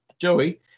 joey